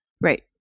Right